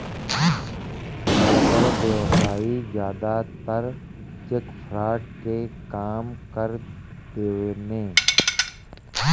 बड़ बड़ व्यवसायी जादातर चेक फ्रॉड के काम कर देवेने